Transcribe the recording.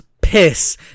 piss